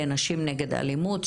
לנשים נגד אלימות,